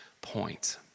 point